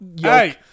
Hey